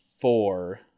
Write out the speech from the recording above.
four